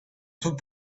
two